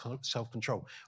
self-control